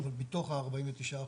--- אבל מתוך ה-49 אחוז,